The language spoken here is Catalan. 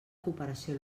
cooperació